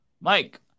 mike